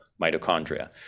mitochondria